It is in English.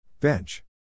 Bench